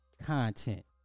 content